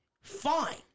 fine